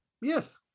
Yes